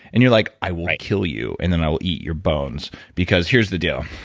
and you're like, i will kill you, and then i'll eat your bones. because here's the deal.